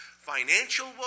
Financial